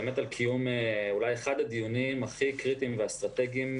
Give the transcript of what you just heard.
קיום אחד הדיונים הכי קריטיים ואסטרטגיים,